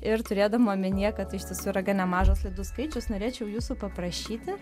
ir turėdama omenyje kad tai iš tiesų yra gan nemažas laidų skaičius norėčiau jūsų paprašyti